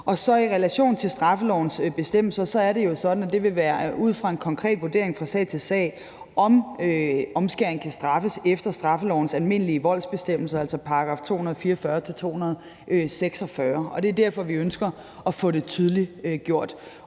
i relation til straffelovens bestemmelser er det jo sådan, at det vil være ud fra en konkret vurdering fra sag til sag, om omskæring kan straffes efter straffelovens almindelige voldsbestemmelser, altså §§ 244-246, og det er derfor, vi ønsker at få det tydeliggjort.